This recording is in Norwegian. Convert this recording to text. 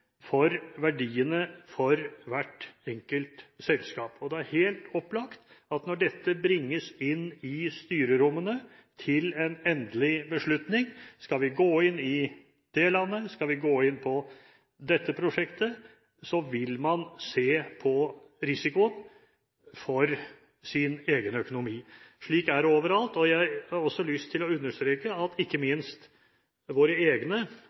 for verdiene for hvert enkelt selskap. Det er helt opplagt at når dette bringes inn i styrerommene for en endelig beslutning – skal vi gå inn i det landet, skal vi gå inn på dette prosjektet – vil man se på risikoen for egen økonomi. Slik er det overalt, og jeg har også lyst til å understreke at ikke minst våre egne,